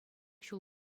ҫул